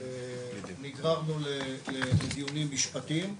נגררנו לדיונים משפטיים.